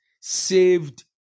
saved